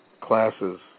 classes